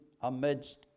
amidst